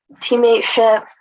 teammateship